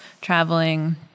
traveling